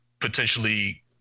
potentially